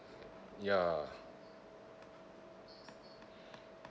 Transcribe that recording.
ya